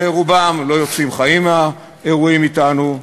שרובם לא יוצאים חיים מהאירועים אתנו,